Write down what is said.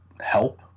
help